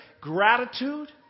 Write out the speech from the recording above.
Gratitude